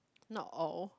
not all